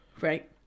right